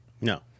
No